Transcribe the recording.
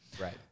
Right